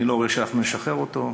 אני לא רואה שאנחנו נשחרר אותו.